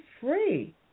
free